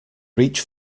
reach